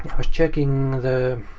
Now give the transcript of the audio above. was checking, the,